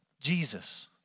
Jesus